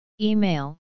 Email